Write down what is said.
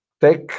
Tech